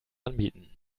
anbieten